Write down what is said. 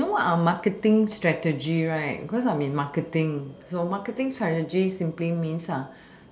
you know what are marketing strategy right because I am in marketing so marketing strategy simply means